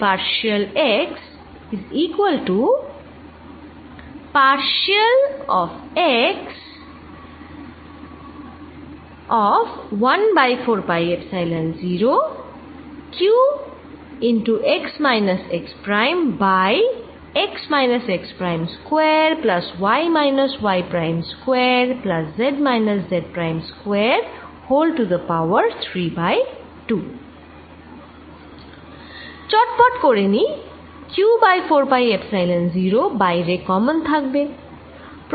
চটপট করে নিই q বাই 4 পাই এপ্সাইলন 0 বাইরে কমন থাকবে